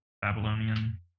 Babylonian